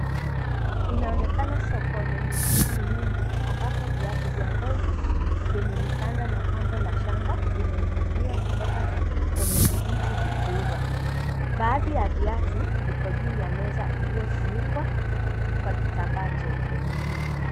Inaonekana sokoni ni shughuli nyingi ambapo viatu vya ngozi vyenye mikanda na pambo ya shanga vimeninginia kutoka kwenye vijiti vikiuzwa, baadhi ya viatu viko juu ya meza iliyofunikwa kwa kitambaa cheupe.